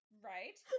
right